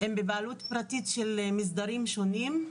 הם בבעלות פרטית של מסדרים שונים.